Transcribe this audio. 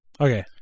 Okay